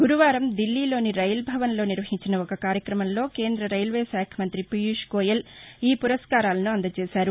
గురువారం ఢిల్లీలోని రైల్భవన్లో నిర్వహించిస ఓ కార్యక్రమంలో కేందరైల్వే శాఖ మంతి పీయూష్ గోయెల్ ఈ పురస్కారాలను అందజేశారు